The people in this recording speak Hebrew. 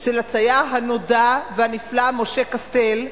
של הצייר הנודע והנפלא, משה קסטל,